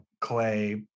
Clay